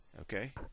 Okay